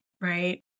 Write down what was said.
right